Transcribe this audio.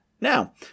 Now